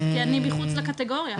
כי אני מחוץ לקטגוריה.